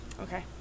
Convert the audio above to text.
Okay